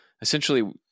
essentially